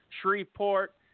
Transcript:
Shreveport